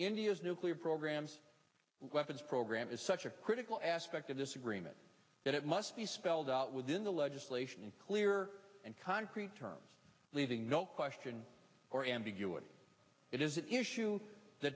india's nuclear programs weapons program is such a critical aspect of this agreement that it must be spelled out within the legislation in clear and concrete terms leaving no question or ambiguity it is that issue th